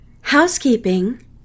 Housekeeping